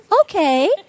Okay